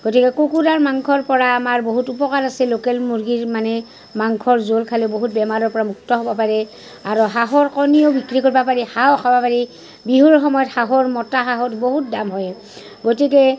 গতিকে কুকুৰাৰ মাংসৰ পৰা আমাৰ বহুত উপকাৰ আছে লোকেল মুৰ্গীৰ মানে মাংসৰ জোল খালেও বহুত বেমাৰৰ পৰা মুক্ত হ'ব পাৰে আৰু হাঁহৰ কণীও বিক্ৰী কৰবা পাৰি হাঁহও খাবা পাৰি বিহুৰ সময়ত হাঁহৰ মতা হাঁহৰ বহুত দাম হয় গতিকে